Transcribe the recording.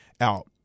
out